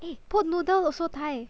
eh boat noodle also Thai